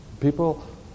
People